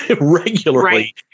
regularly